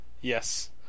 Yes